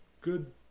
good